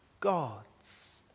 God's